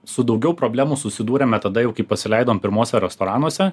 su daugiau problemų susidūrėme tada jau kai pasileidom pirmuose restoranuose